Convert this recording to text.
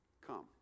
come